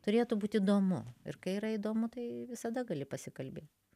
turėtų būt įdomu ir kai yra įdomu tai visada gali pasikalbėt